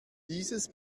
dieses